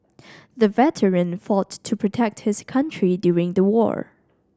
the veteran fought to protect his country during the war